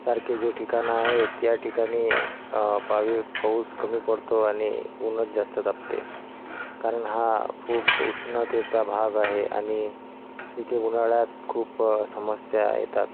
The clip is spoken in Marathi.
सारखे जे ठिकाणं आहेत त्या ठिकाणी पावी पाऊस कमी पडतो आणि ऊनच जास्त तापते कारण हा खूप उष्णतेचा भाग आहे आणि इथे उन्हाळ्यात खूप समस्या येतात